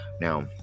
now